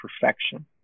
perfection